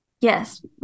Yes